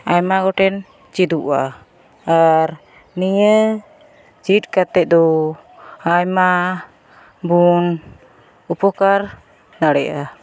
ᱟᱭᱢᱟ ᱜᱚᱴᱮᱱ ᱪᱮᱫᱚᱜᱼᱟ ᱟᱨ ᱱᱤᱭᱟᱹ ᱪᱮᱫ ᱠᱟᱛᱮᱫ ᱫᱚ ᱟᱭᱢᱟᱵᱚᱱ ᱩᱯᱚᱠᱟᱨ ᱫᱟᱲᱮᱭᱟᱜᱼᱟ